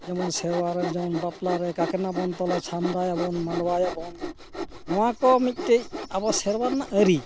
ᱡᱮᱢᱚᱱ ᱥᱮᱨᱣᱟᱨᱮ ᱡᱮᱢᱚᱱ ᱵᱟᱯᱞᱟᱨᱮ ᱠᱟᱴᱱᱟᱵᱚᱱ ᱛᱚᱞᱟ ᱪᱷᱟᱢᱰᱟᱭᱟᱵᱚᱱ ᱢᱟᱰᱣᱟᱭᱟᱵᱚᱱ ᱱᱚᱣᱟ ᱠᱚ ᱢᱤᱫᱴᱮᱱ ᱟᱵᱚ ᱥᱮᱨᱣᱟ ᱨᱮᱱᱟᱜ ᱟᱹᱨᱤ